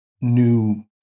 new